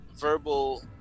verbal